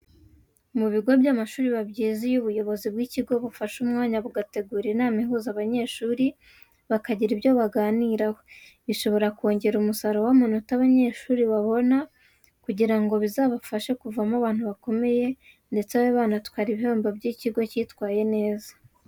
Mu bigo by'amashuri biba byiza iyo ubuyobozi bw'ikigo bufashe umwanya bugategura inama ihuza abanyeshuri bakagira ibyo baganiraho, bishobora kongera umusaruro w'amanota abanyeshuri babona kugira ngo bizabafashe kuvamo abantu bakomeye, ndetse babe banatwara ibihembo by'ikigo cyitawaye neza.